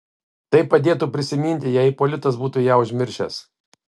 tai padėtų prisiminti jei ipolitas būtų ją užmiršęs